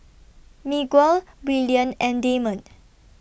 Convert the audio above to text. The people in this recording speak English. Miguel Willian and Damond